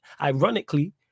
Ironically